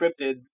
encrypted